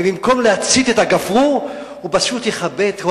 ובמקום להצית את הגפרור הוא פשוט יכבה את כל